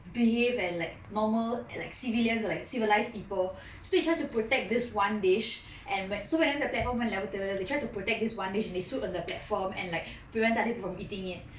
behave and like normal like civilians like civilised people so they tried to protect this one dish and when so whenever that platform went to level they try to protect this one dish and they stood on the platform and like prevented அது:athu from eating it